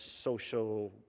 social